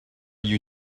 you